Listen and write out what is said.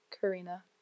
Karina